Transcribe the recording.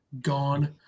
gone